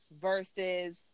versus